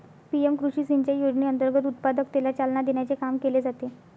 PM कृषी सिंचाई योजनेअंतर्गत उत्पादकतेला चालना देण्याचे काम केले जाते